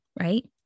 right